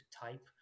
type